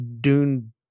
Dune